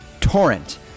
torrent